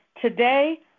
Today